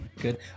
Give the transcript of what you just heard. good